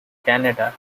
canada